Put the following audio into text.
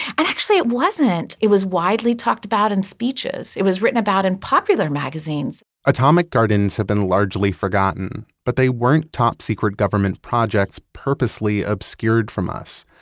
and actually it wasn't. it was widely talked about in speeches. it was written about in popular magazines atomic gardens had been largely forgotten, but they weren't top secret government projects purposely obscured from us.